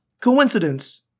Coincidence